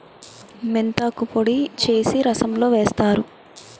మెంతాకు పొడి చేసి రసంలో వేస్తారు